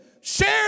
share